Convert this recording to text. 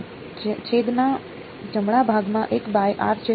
છેદના જમણા ભાગમાં 1 by r છે